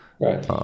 right